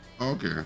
okay